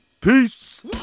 Peace